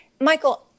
Michael